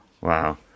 Wow